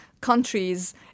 countries